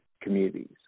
communities